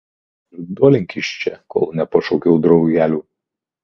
pirdolink iš čia kol nepašaukiau draugelių